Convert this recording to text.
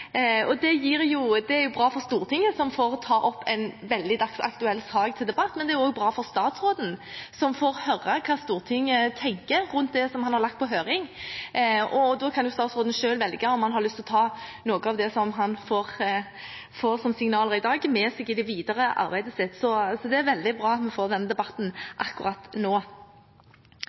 Det er bra for Stortinget, som får ta opp en veldig dagsaktuell sak til debatt, men det også bra for statsråden, som får høre hva Stortinget tenker rundt det han har lagt ut til høring. Da kan statsråden selv velge om han har lyst til å ta noe av det som han får som signaler i dag, med seg i det videre arbeidet sitt. Derfor er det veldig bra at vi får denne debatten akkurat nå.